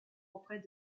auprès